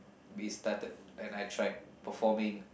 we started and I tried performing